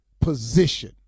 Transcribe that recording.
position